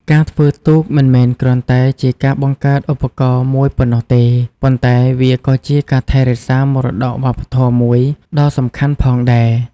ការធ្វើទូកមិនមែនគ្រាន់តែជាការបង្កើតឧបករណ៍មួយប៉ុណ្ណោះទេ ប៉ុន្តែវាក៏ជាការថែរក្សាមរតកវប្បធម៌មួយដ៏សំខាន់ផងដែរ។